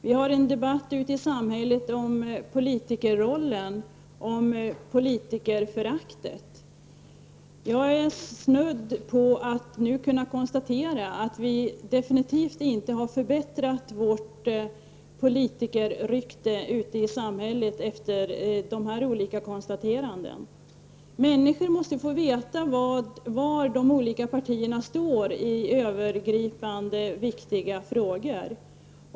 Det förs en debatt ute i samhället om politikerrollen och om politikerföraktet. Man kan nog notera att vi definitivt inte har förbättrat vårt politikerrykte ute i samhället efter de här olika konstaterandena. Människor måste få veta var de olika partierna står i övergripande, viktiga frågor.